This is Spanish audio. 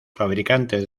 fabricantes